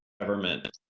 government